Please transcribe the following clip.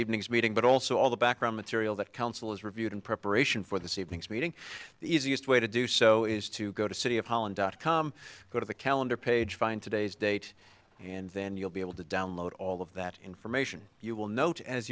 evening's meeting but also all the background material that council has reviewed in preparation for this evening's meeting the easiest way to do so is to go to city of holland dot com go to the calendar page find today's date and then you'll be able to download all of that information you will note as